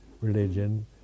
religion